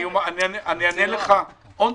אענה לך מייד.